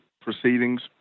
proceedings